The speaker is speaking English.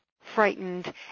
frightened